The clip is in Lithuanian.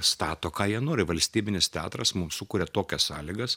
stato ką jie nori valstybinis teatras mums sukuria tokias sąlygas